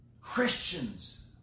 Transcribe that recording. Christians